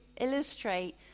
illustrate